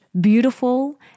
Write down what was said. beautiful